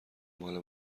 مال